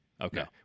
okay